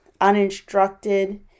uninstructed